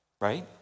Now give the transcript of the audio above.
right